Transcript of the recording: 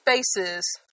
spaces